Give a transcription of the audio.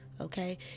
Okay